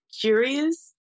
curious